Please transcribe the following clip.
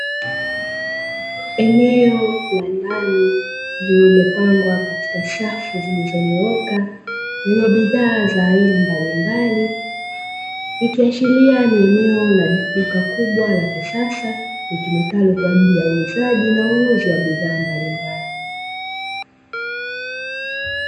Eneo la ndani lililopangwa katika safu zilizonyooka zenye bidhaa za aina mbalimbali, ikiashiria ni eneo la duka kubwa la kisasa, litumikalo kwa ajili ya uuzaji na ununuzi wa bidhaa mbalimbali.